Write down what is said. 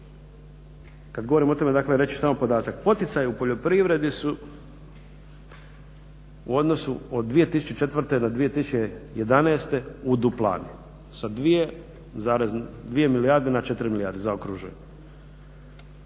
kad govorim o tome reći ću samo podatak poticaji u poljoprivredi su u odnosu od 2004. do 2011. uduplani sa 2,2 milijarde na 4 milijarde zaokruženo.